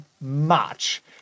March